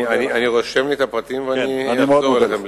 אני רושם את הפרטים ואני אחזור אליך.